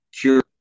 cure